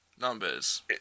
numbers